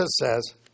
says